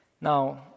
Now